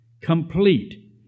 complete